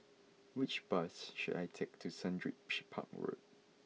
which bus should I take to Sundridge Park Road